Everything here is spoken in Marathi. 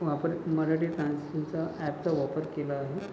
वापर मराठी ट्रान्सलेचा ॲपचा वापर केला आहे